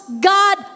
God